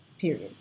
period